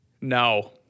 No